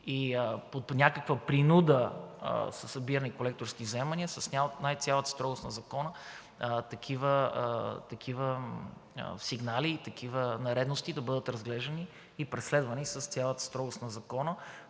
и под някаква принуда са събирани колекторски вземания, с най-цялата строгост на закона такива сигнали и такива нередности да бъдат разглеждани и преследвани с цялата строгост на закона,